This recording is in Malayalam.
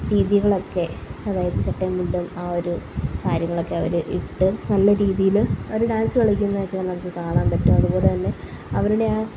രീതികളൊക്കെ അതായത് ചട്ടയും മുണ്ടും ആ ഒരു കാര്യങ്ങളക്കെ അവര് ഇട്ട് നല്ല രീതിയിൽ അവര് ഡാൻസ്സ് കളിക്കുന്നതൊക്കെ നമുക്ക് കാണാൻ പറ്റും അത് പോലെ തന്നെ അവരുടെ ആ